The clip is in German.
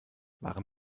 waren